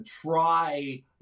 try